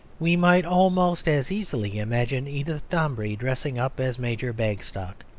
we might almost as easily imagine edith dombey dressing up as major bagstock.